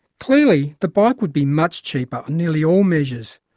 clearly the bike would be much cheaper on nearly all measures.